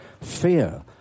fear